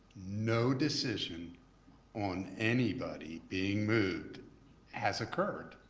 no decision on anybody being moved has occurred.